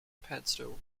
padstow